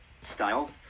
style